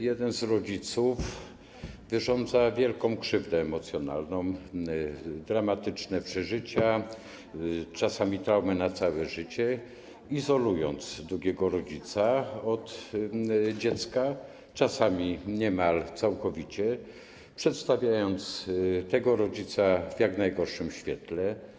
Jeden z rodziców wyrządza wielką krzywdę emocjonalną - chodzi o dramatyczne przeżycia, czasami traumy na całe życie - izolując drugiego rodzica od dziecka, czasami niemal całkowicie, przedstawiając tego rodzica w jak najgorszym świetle.